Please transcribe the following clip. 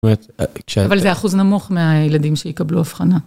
אבל זה אחוז נמוך מהילדים שיקבלו הבחנה.